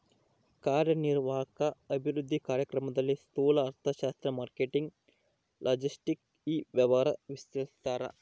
ಕಾರ್ಯನಿರ್ವಾಹಕ ಅಭಿವೃದ್ಧಿ ಕಾರ್ಯಕ್ರಮದಲ್ಲಿ ಸ್ತೂಲ ಅರ್ಥಶಾಸ್ತ್ರ ಮಾರ್ಕೆಟಿಂಗ್ ಲಾಜೆಸ್ಟಿಕ್ ಇ ವ್ಯವಹಾರ ವಿಶ್ಲೇಷಿಸ್ತಾರ